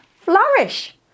flourish